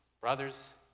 brothers